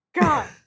God